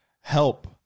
Help